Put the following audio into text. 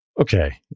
Okay